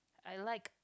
I like